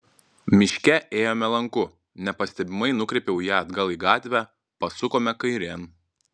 miške ėjome lanku nepastebimai nukreipiau ją atgal į gatvę pasukome kairėn